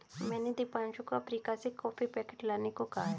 मैंने दीपांशु को अफ्रीका से कॉफी पैकेट लाने को कहा है